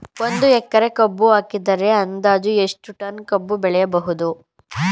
ಒಂದು ಎಕರೆ ಕಬ್ಬು ಹಾಕಿದರೆ ಅಂದಾಜು ಎಷ್ಟು ಟನ್ ಕಬ್ಬು ಬೆಳೆಯಬಹುದು?